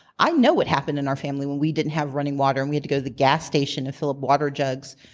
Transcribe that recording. i know what happened in our family when we didn't have running water and we had to go to the gas station to fill up water jugs,